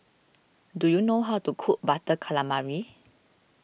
do you know how to cook Butter Calamari